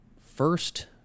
first